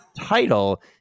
title